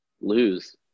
lose